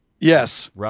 Yes